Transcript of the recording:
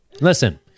Listen